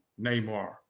Neymar